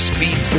Speed